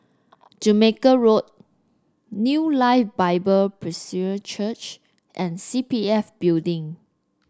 Jamaica Road New Life Bible Presbyterian Church and C P F Building